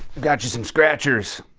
got you some scratchers.